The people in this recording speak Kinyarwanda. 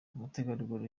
umutegarugori